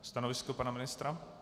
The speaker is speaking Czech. Stanovisko pana ministra?